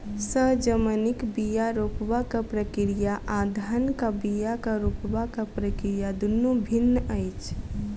सजमनिक बीया रोपबाक प्रक्रिया आ धानक बीया रोपबाक प्रक्रिया दुनु भिन्न अछि